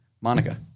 Monica